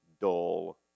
dull